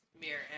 mirror